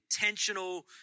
intentional